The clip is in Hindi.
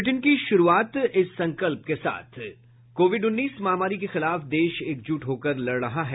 बुलेटिन की शुरूआत इस संकल्प के साथ कोविड उन्नीस महामारी के खिलाफ देश एकजुट होकर लड़ रहा है